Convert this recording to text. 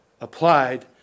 applied